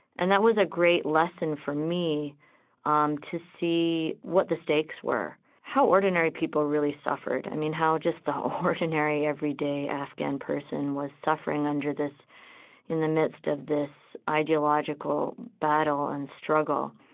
and that was a great lesson for me um to see what the stakes were, how ordinary people really suffered. i mean, how just the ordinary everyday afghan person was suffering under this in the midst of this ideological battle and struggle